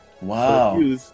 wow